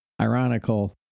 ironical